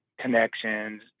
connections